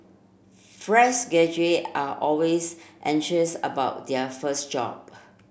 fresh graduates are always anxious about their first job